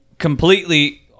Completely